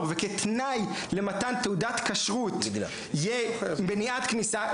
וכתנאי למתן תעודת כשרות יהיה מניעת כניסה,